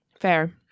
Fair